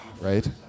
Right